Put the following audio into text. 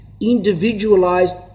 individualized